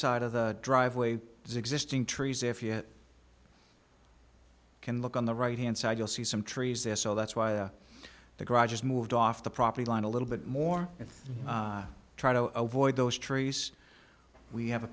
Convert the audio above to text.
side of the driveway as existing trees if you can look on the right hand side you'll see some trees there so that's why the garage has moved off the property line a little bit more if try to avoid those trees we have a